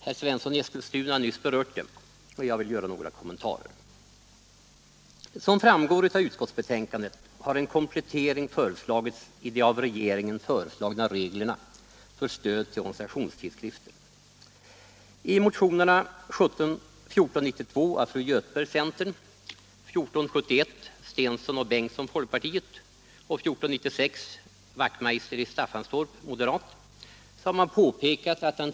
Herr Svensson i Eskilstuna har nyss berört dem.